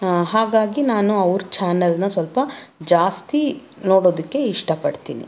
ಹಾಗಾಗಿ ನಾನು ಅವರ ಚಾನಲನ್ನ ಸ್ವಲ್ಪ ಜಾಸ್ತಿ ನೋಡೋದಕ್ಕೆ ಇಷ್ಟಪಡ್ತೀನಿ